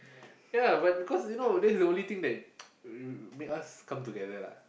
ya but because you know that's the only thing that make us come together lah